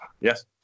Yes